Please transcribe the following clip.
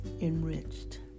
enriched